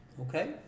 Okay